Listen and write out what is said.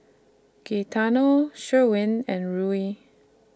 Gaetano Sherwin and Ruie